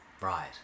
Right